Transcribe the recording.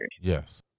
Yes